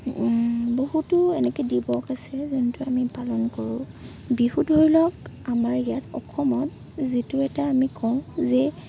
বহুতো এনেকৈ দিৱস আছে যোনটো আমি পালন কৰোঁ বিহুটো ধৰি লওক আমাৰ ইয়াত অসমত যিটো এটা আমি কওঁ যে